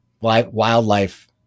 wildlife